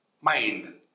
mind